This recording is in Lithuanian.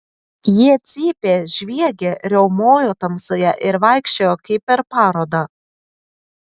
jie cypė žviegė riaumojo tamsoje ir vaikščiojo kaip per parodą